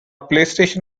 playstation